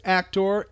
actor